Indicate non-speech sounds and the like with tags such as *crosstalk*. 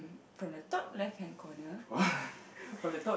from the top left hand corner *breath*